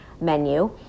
menu